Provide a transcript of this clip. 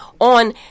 on